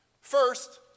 First